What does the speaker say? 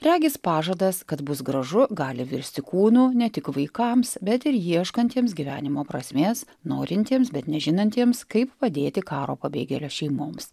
regis pažadas kad bus gražu gali virsti kūnu ne tik vaikams bet ir ieškantiems gyvenimo prasmės norintiems bet nežinantiems kaip padėti karo pabėgėlių šeimoms